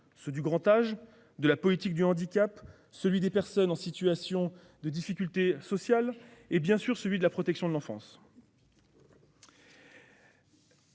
ceux du grand âge et de la politique du handicap, celui des personnes rencontrant des difficultés sociales et, bien sûr, celui de la protection de l'enfance.